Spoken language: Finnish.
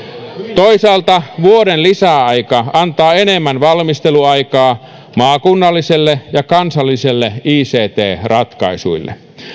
toisaalta vuoden lisäaika antaa enemmän valmisteluaikaa maakunnallisille ja kansallisille ict ratkaisuille